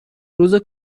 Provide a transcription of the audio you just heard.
روز